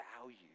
value